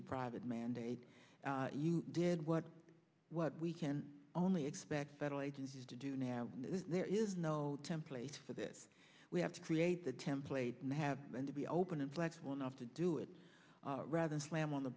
the private mandate you did what what we can only expect federal agencies to do now there is no template for this we have to create the template may have been to be open and flexible enough to do it rather slam on the